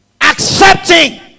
Accepting